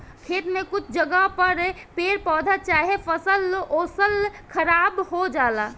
खेत में कुछ जगह पर पेड़ पौधा चाहे फसल ओसल खराब हो जाला